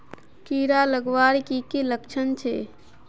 कीड़ा लगवार की की लक्षण छे?